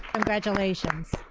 congratulations.